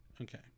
Okay